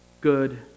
good